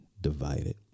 divided